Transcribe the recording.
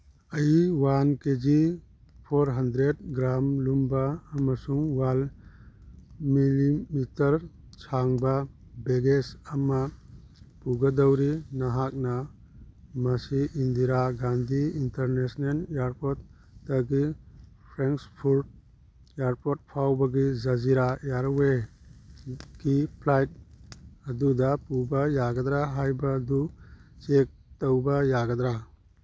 ꯑꯩ one K G four hundred gram ꯂꯨꯝꯕ ꯑꯃꯁꯨꯡ ꯋꯥꯜ ꯃꯤꯂꯤꯃꯤꯇꯔ ꯁꯥꯡꯕ ꯕꯦꯒꯦꯁ ꯑꯃ ꯄꯨꯒꯗꯧꯔꯤ ꯅꯍꯥꯛꯅ ꯃꯁꯤ ꯏꯟꯗꯤꯔꯥ ꯒꯥꯟꯙꯤ ꯏꯟꯇꯔꯅꯦꯁꯅꯦꯜ ꯏꯌꯔꯄꯣꯔꯠꯇꯒꯤ ꯐ꯭ꯔꯦꯡꯛꯐꯣꯔꯠ ꯏꯌꯥꯔꯄꯣꯔꯠ ꯐꯥꯎꯕꯒꯤ ꯖꯖꯤꯔꯥ ꯏꯌꯔꯋꯦꯒꯤ ꯐ꯭ꯂꯥꯏꯠ ꯑꯗꯨꯗ ꯄꯨꯕ ꯌꯥꯒꯗ꯭ꯔ ꯍꯥꯏꯕꯗꯨ ꯆꯦꯛ ꯇꯧꯕ ꯌꯥꯒꯗ꯭ꯔ